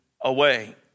away